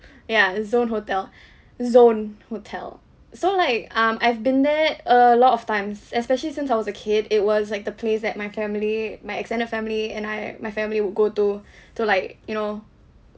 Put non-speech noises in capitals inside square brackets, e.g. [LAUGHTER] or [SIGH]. [BREATH] ya zon hotel [BREATH] zon hotel so like um I've been there a lot of times especially since I was a kid it was like the place that my family my extended family and I my family would go to [BREATH] to like you know